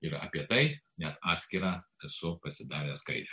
ir apie tai net atskirą esu pasidaręs skaidrę